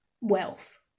wealth